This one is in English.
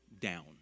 down